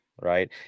right